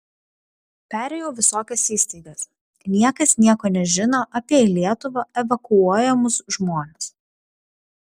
perėjau visokias įstaigas niekas nieko nežino apie į lietuvą evakuojamus žmones